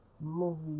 movie